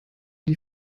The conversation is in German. die